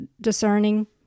discerning